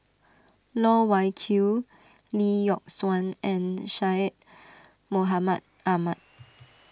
Loh Wai Kiew Lee Yock Suan and Syed Mohamed Ahmed